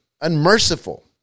unmerciful